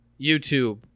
youtube